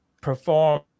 perform